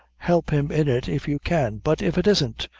help him in it, if you can but if it isn't,